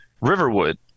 Riverwood